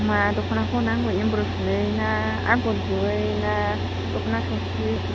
मा दखनाखौ नांगौ एमब्रसुनै ना आगर गुबैना दखना थावसि